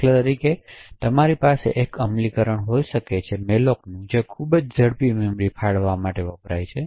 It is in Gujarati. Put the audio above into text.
દાખલા તરીકે તમારી પાસે એક અમલીકરણ હોઈ શકે છે મેલોકનું જે ખૂબ જ ઝડપથી મેમરીને ફાળવવા વપરાય છે